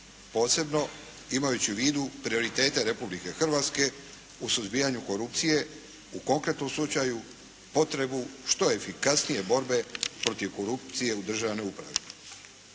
posebno imajući u vidu prioritete Republike Hrvatske u suzbijanju korupcije. U konkretnom slučaju potrebu što efikasnije borbe protiv korupcije u državnoj upravi.